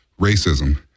racism